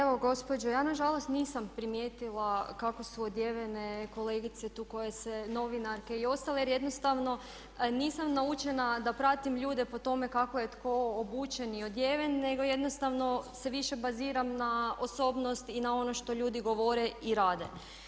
Evo gospođo, ja na žalost nisam primijetila kako su odjevene kolegice tu koje su, novinarke i ostale, jer jednostavno nisam naučena da pratim ljude po tome kako je tko obučen i odjeven, nego jednostavno se više baziram na osobnost i na ono što ljudi govore i rade.